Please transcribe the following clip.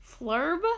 Flurb